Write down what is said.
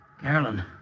Carolyn